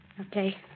Okay